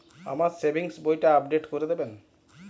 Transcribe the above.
আমার সেভিংস বইটা আপডেট করে দেবেন?